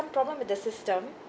problem with the system